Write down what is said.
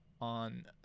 on